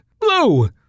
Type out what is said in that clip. Blue